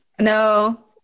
No